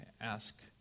ask